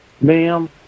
Ma'am